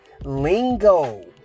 lingo